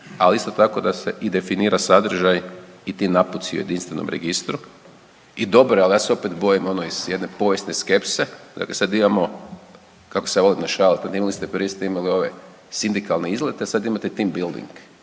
ali isto tako da se i definira sadržaj i ti naputci o jedinstvenom registru. I dobro je, ali ja se opet bojim iz jedne povijesne skepse, dakle sada imamo kako se ovo … prije ste imali ove sindikalne izlete sad imate tim building,